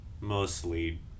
mostly